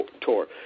tour